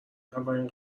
اولین